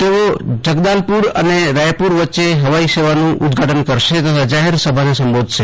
તેઓ જગદાલપુર અને રાયપુર વચ્ચે હવાઇ સેવાનું ઉદ્દઘાટન કરેશે તથા જાહેર સભાને સંબોધન કરશે